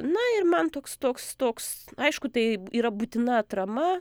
na ir man toks toks toks aišku taip yra būtina atrama